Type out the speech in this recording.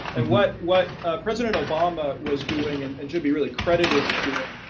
and what what ah president obama was doing, and and should be really credited with doing,